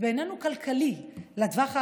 ואיננו כלכלי לטווח הארוך,